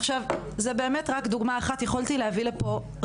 אז אנחנו נקנה אותם כי אנחנו רוצות להיות מטופחות.